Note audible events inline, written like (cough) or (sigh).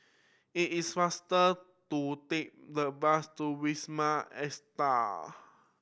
it is faster to take the bus to Wisma (unintelligible)